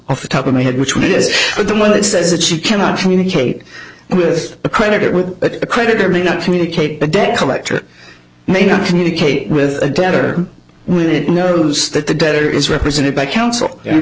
off the top of my head which one it is but the one that says that she cannot communicate with a creditor with a creditor may not communicate a debt collector may not communicate with a debtor when it knows that the debtor is represented by counsel